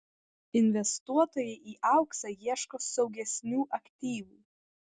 investuotojai į auksą ieško saugesnių aktyvų